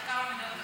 ועוד כמה מדינות.